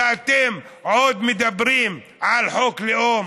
ואתם עוד מדברים על חוק לאום.